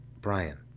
Brian